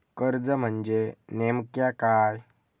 कर्ज म्हणजे नेमक्या काय?